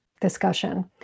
discussion